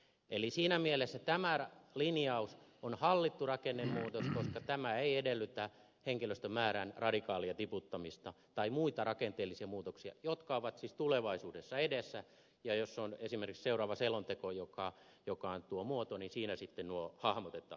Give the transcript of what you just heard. eli siinä mielessä tämä linjaus on hallittu rakennemuutos koska tämä ei edellytä henkilöstömäärän radikaalia tiputtamista tai muita rakenteellisia muutoksia jotka ovat siis tulevaisuudessa edessä ja jos se on esimerkiksi seuraava selonteko joka on tuo muoto niin siinä sitten nuo hahmotetaan